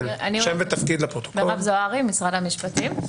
משרד המשפטים.